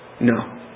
No